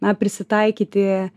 na prisitaikyti